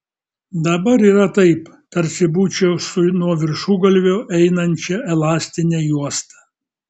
dabar yra taip tarsi būčiau su nuo viršugalvio einančia elastine juosta